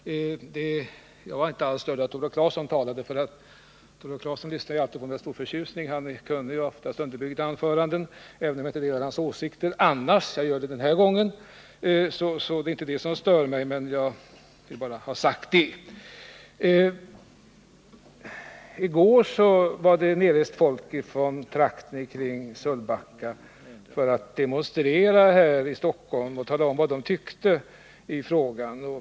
Jag är inte alls störd av att Tore Claeson talade före mig, för honom lyssnar jag alltid på med stor förtjusning. Han är kunnig och håller oftast väl underbyggda anföranden, som jag tycker att det är intressant att lyssna på, även om jag inte delar hans åsikter. Det gör jag emellertid den här gången. Jag stördes alltså inte — jag vill bara ha sagt detta om talarordningen. I går hade folk från trakten kring Sölvbacka rest ner hit till Stockholm för att demonstrera och tala om vad de tycker i frågan.